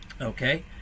Okay